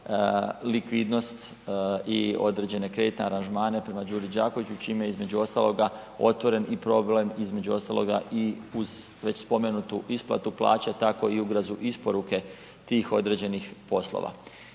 likvidnost i određene kreditne aranžmane prema Đuri Đakoviću čime je između ostaloga otvoren i problem, između ostaloga i uz već spomenutu isplatu plaća tako i u .../Govornik se ne razumije./... isporuke tih određenih poslova.